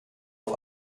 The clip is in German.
auf